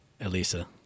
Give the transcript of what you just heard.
Elisa